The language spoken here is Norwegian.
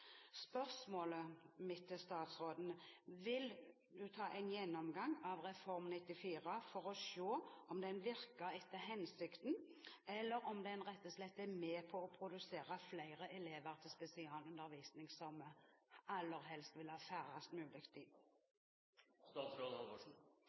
Spørsmålet mitt er: Vil statsråden ta en gjennomgang av Reform 94 for å se om den virker etter hensikten, eller om den rett og slett er med på å produsere flere elever til spesialundervisning, som vi aller helst vil ha færrest mulig